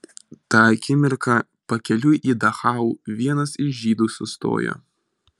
tą akimirką pakeliui į dachau vienas iš žydų sustojo